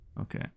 Okay